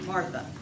Martha